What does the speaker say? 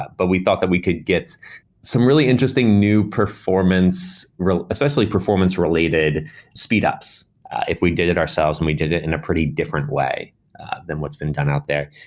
but we thought that we could get some really interesting new performance, especially performance related speedups if we did it ourselves, when we did it in a pretty different way than what's been done out there.